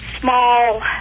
Small